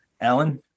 Alan